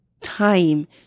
time